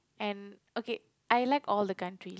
and okay I like all the country